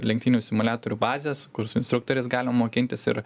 lenktynių simuliatorių bazės kur su instruktoriais galima mokintis ir